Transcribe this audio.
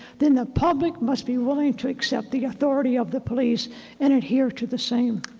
then the public must be willing to accept the authority of the police and adhere to the same.